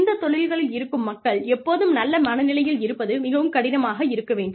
இந்த தொழில்களில் இருக்கும் மக்கள் எப்போதும் நல்ல மன நிலையில் இருப்பது மிகவும் கடினமாக இருக்க வேண்டும்